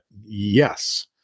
yes